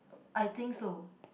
I think so